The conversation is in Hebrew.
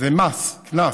זה מס, קנס,